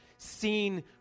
seen